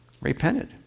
repented